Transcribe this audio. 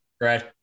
Right